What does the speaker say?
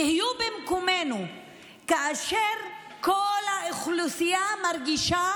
תהיו במקומנו כאשר כל האוכלוסייה מרגישה